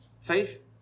Faith